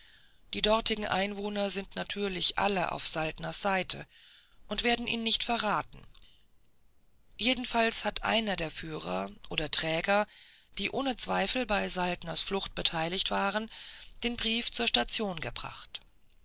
die dortigen einwohner sind natürlich alle auf saltners seite und werden ihn nicht verraten jedenfalls hat einer der führer oder träger die ohne zweifel bei saltners flucht beteiligt waren den brief zur station gebracht